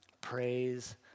Praise